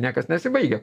niekas nesibaigia